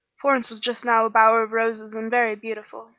florence was just now a bower of roses and very beautiful.